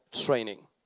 training